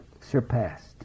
surpassed